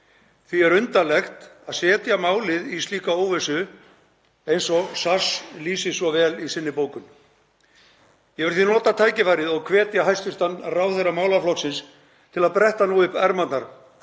Því er undarlegt að setja málið í slíka óvissu eins og SASS lýsir svo vel í sinni bókun. Ég vil því nota tækifærið og hvetja hæstv. ráðherra málaflokksins til að bretta nú upp ermarnar